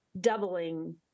doubling